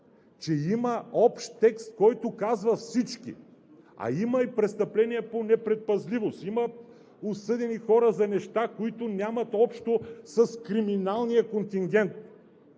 че има общ текст, който казва „всички“. А има и престъпления по непредпазливост, има осъдени хора за неща, които нямат общо с криминалния контингент